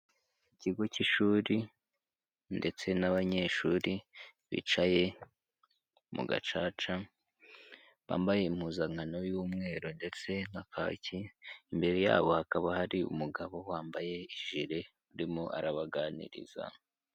Ikigo cy'ishuri ndetse n'abanyeshuri bicaye mu gacaca bambaye impuzankano y'umweru ndetse na kaki, imbere yabo hakaba hari umugabo wambaye ijire urimo arabaganiriza.